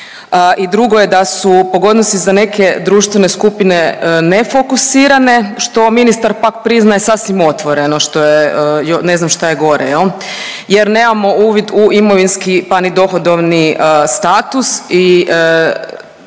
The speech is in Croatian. i drugo je da su pogodnosti za neke društvene skupine ne fokusirane što ministar pak priznaje sasvim otvoreno, što je ne znam šta je gore jer nemamo uvid u imovinski pa ni dohodovni status i